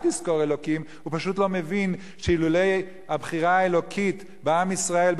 "יזכור אלוקים" פשוט לא מבין שאילולא הבחירה האלוקית בעם ישראל,